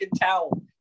towel